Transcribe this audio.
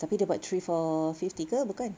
tapi dia buat three for fifty ke bukan